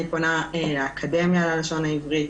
אני פונה לאקדמיה ללשון העברית,